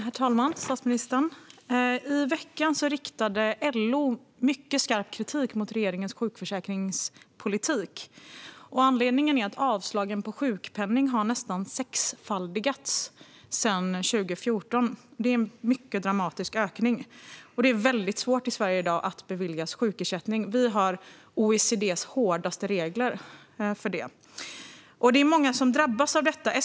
Herr talman! Statsministern! I veckan riktade LO mycket skarp kritik mot regeringens sjukförsäkringspolitik. Anledningen är att avslagen på ansökningar om sjukpenning har nästan sexfaldigats sedan 2014. Det är en mycket dramatisk ökning. Det är svårt att beviljas sjukersättning i Sverige i dag. Vi har OECD:s hårdaste regler för det. Det är många som drabbas av detta.